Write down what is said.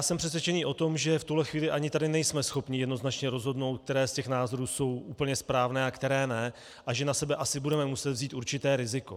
Jsem přesvědčený o tom, že v tuhle chvíli ani tady nejsme schopni jednoznačně rozhodnout, které z těch názorů jsou úplně správné a které ne, a že na sebe asi budeme muset vzít určité riziko.